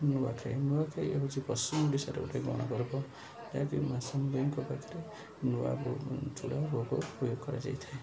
ନୂଆଖାଇ ନୂଆଖାଇ ହେଉଛି ପଶ୍ଚିମ ଓଡ଼ିଶାରେ ଗୋଟେ ଗଣପର୍ବ ଯାହାକି ମା' ସମଲେଇଙ୍କ ପାଖରେ ନୂଆ ଚାଉଳ ପ୍ରୟୋଗ କରାଯାଇଥାଏ